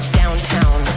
downtown